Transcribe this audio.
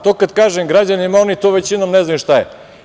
To kad kažem građanima, oni to većinom ne znaju šta je.